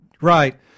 right